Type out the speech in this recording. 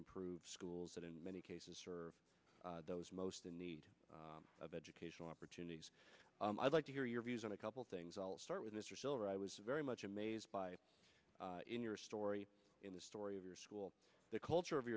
improve schools and in many cases for those most in need of educational opportunities i'd like to hear your views on a couple things i'll start with mr silver i was very much amazed by in your story in the story of your school the culture of